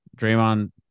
Draymond